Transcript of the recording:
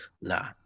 Nah